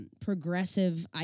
Progressive